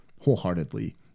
wholeheartedly